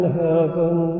heaven